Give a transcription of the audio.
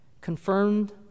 confirmed